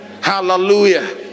hallelujah